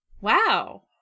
wow